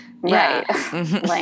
Right